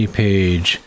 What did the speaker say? page